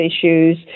issues